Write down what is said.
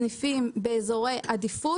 סניפים באזורי עדיפות.